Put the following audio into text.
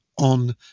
on